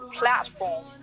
platform